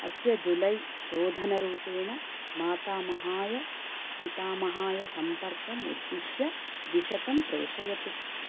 अस्य जुलै शोधनरुपेण मातामहाय पितामहाय सम्पर्कम् उद्दिश्य द्विशतं प्रेषयतु